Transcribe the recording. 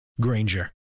Granger